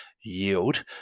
yield